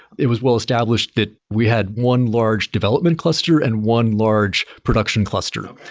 it was well established that we had one large development cluster and one large production cluster.